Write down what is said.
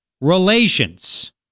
relations